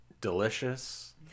delicious